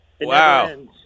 Wow